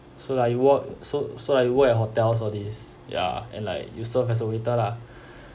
so like you work so so like you work at hotels all these ya and like you serve as a waiter lah